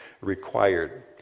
required